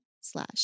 slash